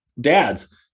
Dads